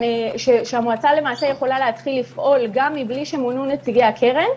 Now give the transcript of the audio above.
שהמועצה יכולה להתחיל לפעול גם מבלי שמונו נציגי הקרן,